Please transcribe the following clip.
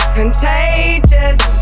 contagious